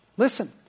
Listen